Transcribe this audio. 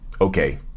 Okay